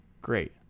Great